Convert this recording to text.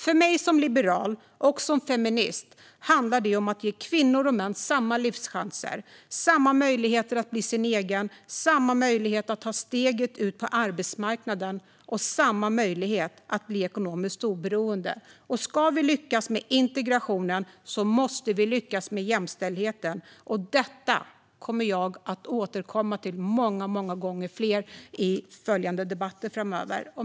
För mig som liberal och feminist handlar det om att ge kvinnor och män samma livschanser, samma möjligheter att bli sina egna, samma möjligheter att ta steget ut på arbetsmarknaden och samma möjligheter att bli ekonomiskt oberoende. Ska vi lyckas med integrationen måste vi lyckas med jämställdheten. Detta kommer jag att återkomma till många gånger i debatter framöver.